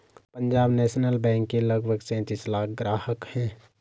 Punjab national bank के लगभग सैंतीस लाख ग्राहक हैं